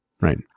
Right